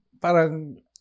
parang